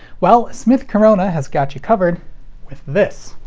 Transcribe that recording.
well, smith corona has got you covered with this